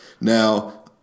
Now